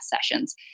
sessions